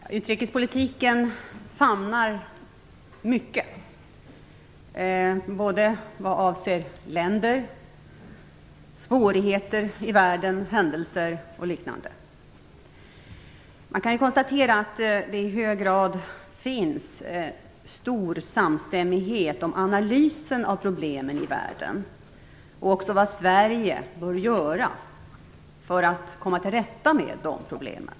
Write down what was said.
Herr talman! Utrikespolitiken famnar mycket, både vad avser länder, svårigheter i världen, händelser och liknande. Man kan konstatera att det finns stor samstämmighet om analysen av problemen i världen och också om vad Sverige bör göra för att komma till rätta med de problemen.